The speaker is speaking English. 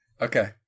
Okay